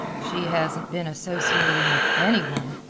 she hasn't been associating with any one.